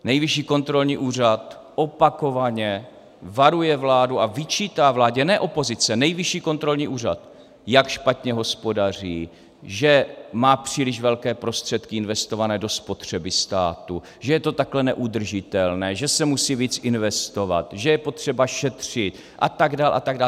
Nejvyšší kontrolní úřad opakovaně varuje vládu a vyčítá vládě ne opozice, Nejvyšší kontrolní úřad jak špatně hospodaří, že má příliš velké prostředky investované do spotřeby státu, že je to takhle neudržitelné, že se musí víc investovat, že je potřeba šetřit a tak dál, a tak dál.